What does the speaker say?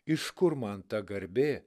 iš kur man ta garbė